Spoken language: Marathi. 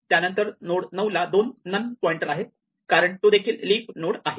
त्यानंतर नोड 9 ला दोन नन पॉइंटर आहेत कारण तो देखील लिफ नोड आहे